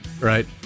right